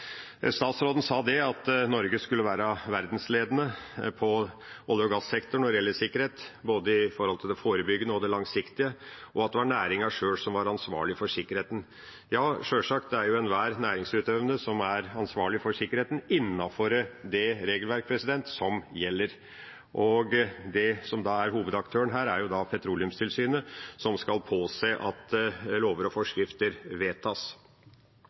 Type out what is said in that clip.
Statsråden sa at Norge skulle være verdensledende på sikkerhet i olje- og gassektoren, når det gjelder både det forebyggende og det langsiktige, og at det var næringa sjøl som var ansvarlig for sikkerheten. Ja, sjølsagt er enhver næringsutøvende ansvarlig for sikkerheten innenfor det regelverk som gjelder. Den som er hovedaktøren her, er Petroleumstilsynet, som skal påse at lover og forskrifter vedtas.